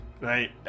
right